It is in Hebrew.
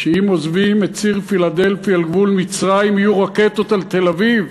שאם עוזבים את ציר-פילדלפי על גבול מצרים יהיו רקטות על תל-אביב?